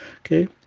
Okay